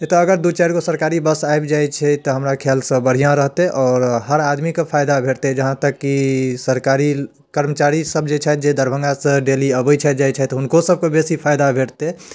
एतऽ अगर दुइ चारिगो सरकारी बस आबि जाइ छै तऽ हमरा खिआलसँ बढ़िआँ रहतै आओर हर आदमीके फाइदा भेटतै जहाँ तक कि सरकारी कर्मचारीसब जे छथि जे दरभङ्गासँ डेली अबै छथि जाइ छथि हुनकोसभके बेसी फाइदा भेटतै